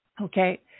Okay